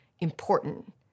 important